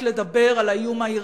כבוד ראש הממשלה.